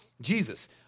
Jesus